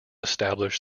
establish